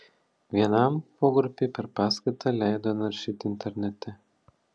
vienam pogrupiui per paskaitą leido naršyti internete